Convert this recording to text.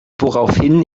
woraufhin